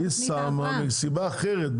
היא שמה מסיבה אחרת,